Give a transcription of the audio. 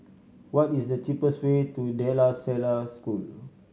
what is the cheapest way to De La Salle School